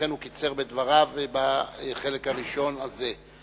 לכן הוא קיצר בדבריו בחלק הראשון הזה.